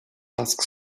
task